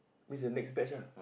means the next batch ah